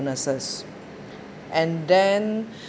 illnesses and then